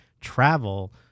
travel